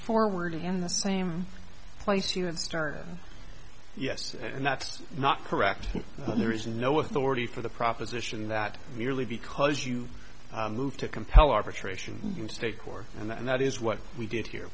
forward in the same place you had stern yes and that's not correct and there is no authority for the proposition that merely because you move to compel arbitration you take or and that and that is what we did here